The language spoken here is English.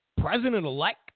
President-elect